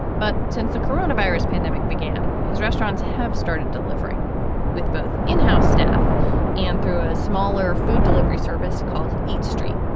but since the coronavirus pandemic began, his restaurants have started delivering with both in-house staff and through a smaller food delivery service called eat stream.